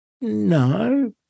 No